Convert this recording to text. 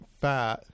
fat